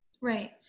Right